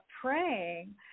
praying